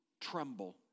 tremble